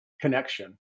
connection